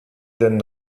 den